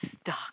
stuck